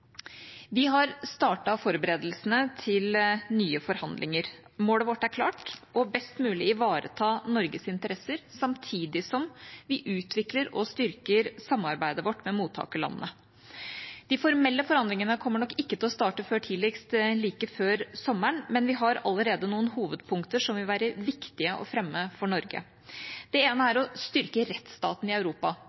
vi har i dag. Vi har startet forberedelsene til nye forhandlinger. Målet vårt er klart: å ivareta Norges interesser best mulig samtidig som vi utvikler og styrker samarbeidet vårt med mottakerlandene. De formelle forhandlingene kommer nok ikke til å starte før tidligst like før sommeren, men vi har allerede noen hovedpunkter som vil være viktige å fremme for Norge. Det ene er å styrke rettsstatene i Europa.